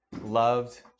loved